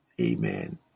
Amen